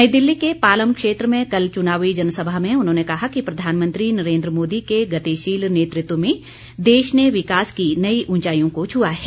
नई दिल्ली के पालम क्षेत्र में कल चुनावी जनसभा में उन्होंने कहा कि प्रधानमंत्री नरेन्द्र मोदी के गतिशील नेतृत्व में देश ने विकास की नई उंचाइयों को छुआ है